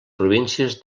províncies